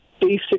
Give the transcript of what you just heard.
basic